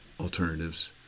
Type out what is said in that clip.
alternatives